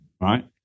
Right